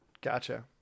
gotcha